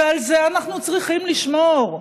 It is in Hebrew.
ועל זה אנחנו צריכים לשמור.